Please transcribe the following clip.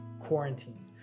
quarantine